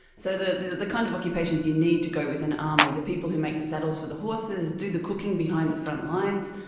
so the the kind of occupations you need to go with an army, the people who make the saddles for the horses, do the cooking behind the front lines,